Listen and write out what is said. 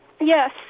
Yes